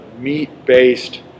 meat-based